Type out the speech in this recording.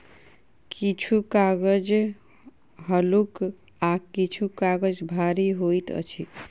किछु कागज हल्लुक आ किछु काजग भारी होइत अछि